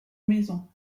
maison